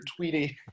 tweeting